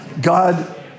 God